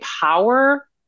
power